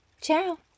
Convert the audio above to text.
Ciao